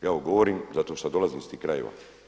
Ja ovo govorim zato što dolazim iz tih krajeva.